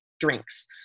drinks